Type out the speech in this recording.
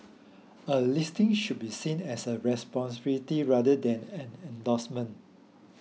a listing should be seen as a responsibility rather than an endorsement